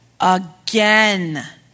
again